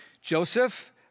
Joseph